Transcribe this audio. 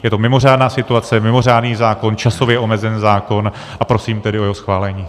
Je to mimořádná situace, mimořádný zákon, časově omezený zákon, a prosím tedy o jeho schválení.